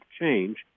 change